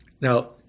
Now